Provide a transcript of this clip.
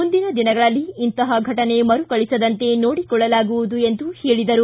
ಮುಂದಿನ ದಿನಗಳಲ್ಲಿ ಇಂತಹ ಫಟನೆ ಮರುಕಳಿಸದಂತೆ ನೋಡಿಕೊಳ್ಳಲಾಗುವುದು ಎಂದು ಹೇಳಿದರು